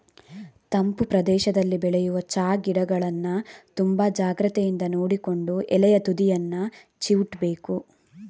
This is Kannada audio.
ತಂಪು ಪ್ರದೇಶದಲ್ಲಿ ಬೆಳೆಯುವ ಚಾ ಗಿಡಗಳನ್ನ ತುಂಬಾ ಜಾಗ್ರತೆಯಿಂದ ನೋಡಿಕೊಂಡು ಎಲೆಯ ತುದಿಯನ್ನ ಚಿವುಟ್ಬೇಕು